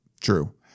True